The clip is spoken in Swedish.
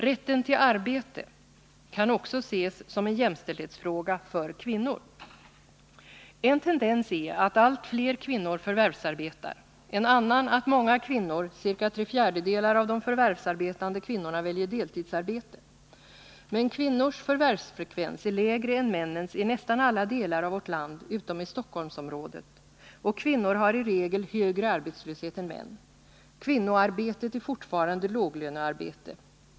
Rätten till arbete kan också ses som en jämställdhetsfråga för kvinnor. En tendens är att allt fler kvinnor förvärvsarbetar, en annan att många kvinnor — ca tre fjärdedelar de förvärvsarbetande kvinnorna — väljer deltidsarbete. Men kvinnors förvärvsfrekvens är lägre än männens i nästan alla delar av vårt land utom i Stockholmsområdet, och kvinnor har i regel högre arbetslöshet än män. Kvinnoarbetet är fortfarande låglönearbete.